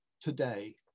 today